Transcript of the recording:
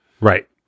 Right